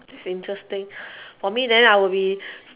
this interesting for me then I would be